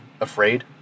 afraid